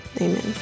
amen